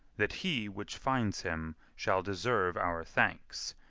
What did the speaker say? that he which finds him shall deserve our thanks,